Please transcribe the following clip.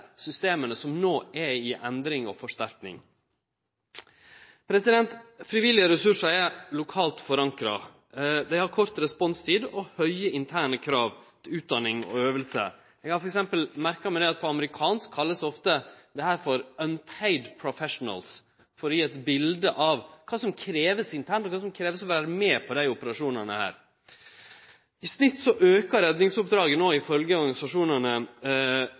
systema som no er i endring og forsterking. Frivillige ressursar er lokalt forankra, dei har kort responstid og høge interne krav til utdanning og øving. Eg har f.eks. merka meg at dette på amerikansk ofte vert kalla for «unpaid professionals», for å gje eit bilete av kva som krevst internt, og kva som krevst for å vere med på desse operasjonane. I snitt aukar redningsoppdraga no ifølgje organisasjonane med 10 pst. i